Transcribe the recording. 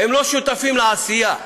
הם לא שותפים לעשייה.